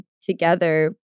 together